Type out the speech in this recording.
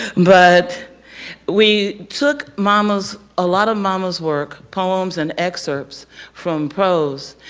but we took mamas a lot of mama's work poems and excerpts from prose,